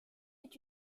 est